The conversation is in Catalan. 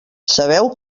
sabeu